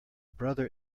brother